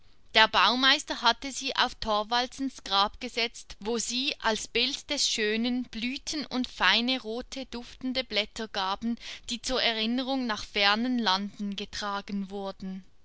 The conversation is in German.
der baumeister hatte sie auf thorwaldsens grab gesetzt wo sie als bild des schönen blühten und feine rote duftende blätter gaben die zur erinnerung nach fernen landen getragen wurden